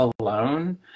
alone